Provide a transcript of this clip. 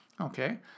okay